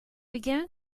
began